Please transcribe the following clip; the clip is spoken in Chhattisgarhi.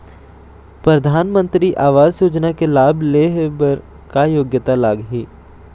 परधानमंतरी आवास योजना के लाभ ले हे बर का योग्यता लाग ही?